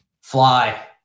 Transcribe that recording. Fly